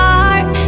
heart